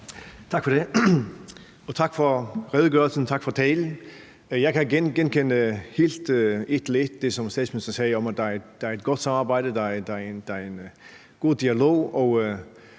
Tak for det, og tak for redegørelsen, tak for talen. Jeg kan helt en til en genkende det, som statsministeren sagde, om, at der er et godt samarbejde, der er en god dialog.